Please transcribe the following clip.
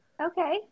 okay